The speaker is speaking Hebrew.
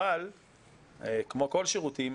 אבל כמו כל שירותים,